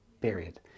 Period